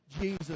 Jesus